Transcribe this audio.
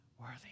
Worthy